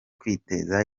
kwiteza